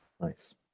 Nice